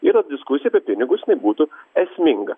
yra diskusija apie pinigus jinai būtų esminga